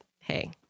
hey